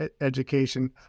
education